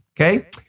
Okay